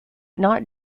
not